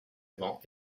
avant